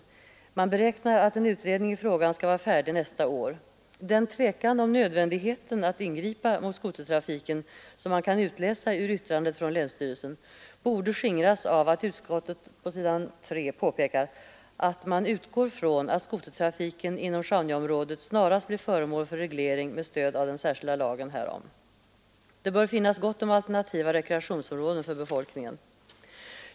Länsstyrelsen beräknar att en utredning i frågan skall vara färdig nästa år. Den tvekan om nödvändigheten att ingripa mot skotertrafiken som kan utläsas ur yttrandet från länsstyrelsen borde skingras av utskottets påpekande på s. 3 i betänkandet att man ”utgår från att skotertrafiken inom Sjaunjaområdet snarast blir föremål för reglering med stöd av den särskilda lagen härom”. Det bör finnas gott om alternativa rekreationsområden för befolkningen.